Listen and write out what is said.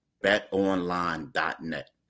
BetOnline.net